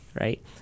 Right